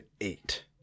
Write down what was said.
eight